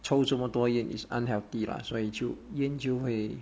抽这么多烟 it's unhealthy lah 所以就烟就会